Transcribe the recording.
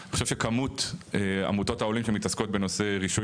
אני חושב שכמות עמותות העולים שמתעסקות בנושא רישוי